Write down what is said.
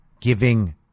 Giving